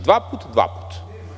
Dva put – dva put.